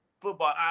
football